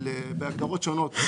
בהגדרות שונות.